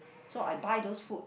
so I buy those food